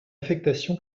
affectation